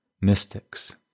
mystics